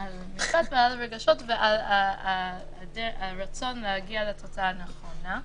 -- המשפט ועל הרגשות ועל הרצון להגיע לתוצאה הנכונה.